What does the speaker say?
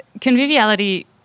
conviviality